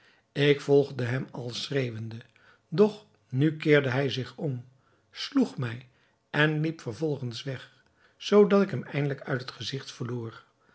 ik volgde hem al schreeuwende doch nu keerde hij zich om sloeg mij en liep vervolgens weg zoodat ik hem eindelijk uit het gezigt verloor